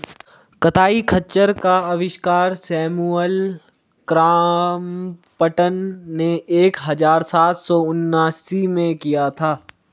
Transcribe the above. कताई खच्चर का आविष्कार सैमुअल क्रॉम्पटन ने एक हज़ार सात सौ उनासी में किया था